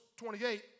28